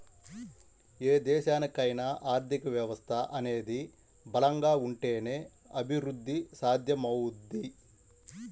ఏ దేశానికైనా ఆర్థిక వ్యవస్థ అనేది బలంగా ఉంటేనే అభిరుద్ధి సాధ్యమవుద్ది